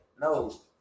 No